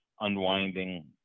unwinding